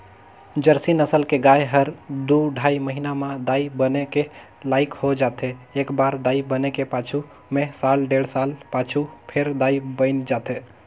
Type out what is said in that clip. Jersey नसल के गाय ह दू ढ़ाई महिना म दाई बने के लइक हो जाथे, एकबार दाई बने के पाछू में साल डेढ़ साल पाछू फेर दाई बइन जाथे